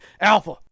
Alpha